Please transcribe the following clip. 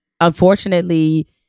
unfortunately